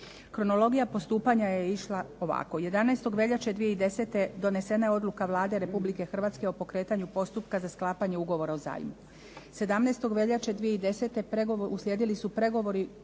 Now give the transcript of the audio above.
Kronologija postupanja je išla ovako. 11. veljače 2010. donesena je odluka Vlade Republike Hrvatske o pokretanju postupka za sklapanje ugovora o zajmu. 17. veljače 2010. uslijedili su pregovori